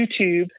YouTube